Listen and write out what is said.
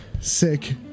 Sick